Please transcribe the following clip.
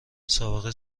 سابقه